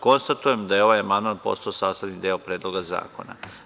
Konstatujem da je ovaj amandman postao sastavni deo Predloga zakona.